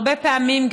הרבה פעמים,